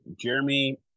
Jeremy